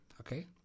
Okay